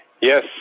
Yes